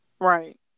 Right